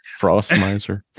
Frostmiser